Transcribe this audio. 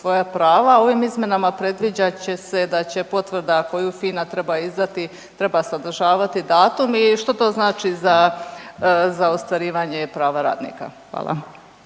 svoja prava. Ovim izmjenama predviđat će se da će potvrda koju FINA treba izdati treba sadržavati datum i što to znači za ostvarivanje prava radnika? Hvala.